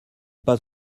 pas